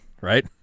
right